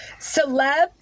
Celeb